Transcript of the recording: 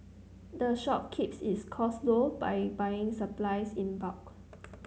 the shop keeps its costs low by buying its supplies in bulk